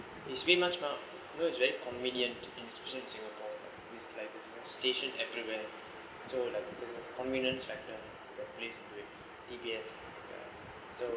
it's very much mah because it's very convenient in especially in singapore like there's station everywhere so like convenience factor the place with D_B_S so